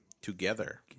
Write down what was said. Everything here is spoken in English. Together